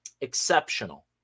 Exceptional